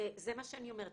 זה מה שאני אומרת.